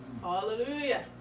Hallelujah